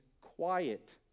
quiet